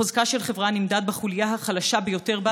חוזקה של חברה נמדד בחוליה החלשה ביותר בה.